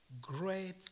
Great